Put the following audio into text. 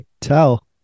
tell